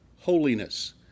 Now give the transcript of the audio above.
holiness